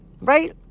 Right